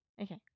Okay